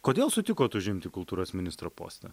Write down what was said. kodėl sutikot užimti kultūros ministro postą